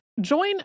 Join